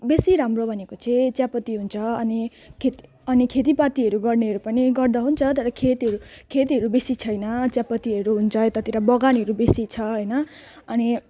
बेसी राम्रो भनेको चाहिँ चियापत्ती हुन्छ अनि खेत अनि खेतीपातीहरू गर्नेहरू पनि गर्दा हुन्छ तर खेतीहरू खेतीहरू बेसी छैन चियापत्तीहरू हुन्छ यतातिर बगानहरू बेसी छ होइन अनि